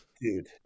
dude